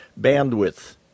bandwidth